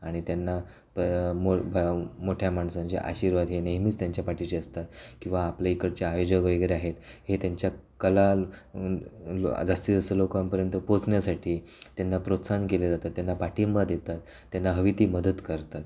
आणि त्यांना प मोल भाम मोठ्या माणसांचे आशीर्वाद हे नेहमीच त्यांच्या पाठीशी असतात किंवा आपल्या इकडचे आयोजक वगैरे आहेत हे त्यांच्या कलां जास्तीत जास्त लोकांपर्यंत पोचण्यासाठी त्यांना प्रोत्साहन केलं जातं त्यांना पाठिंबा देतात त्यांना हवी ती मदत करतात